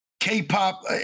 K-pop